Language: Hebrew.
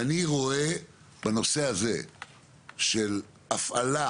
אני רואה בנושא הזה של הפעלה